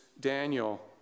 Daniel